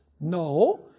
No